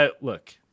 look